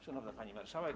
Szanowna Pani Marszałek!